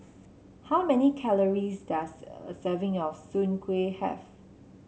how many calories does a serving of Soon Kueh have